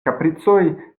kapricoj